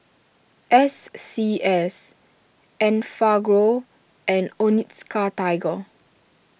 S C S Enfagrow and Onitsuka Tiger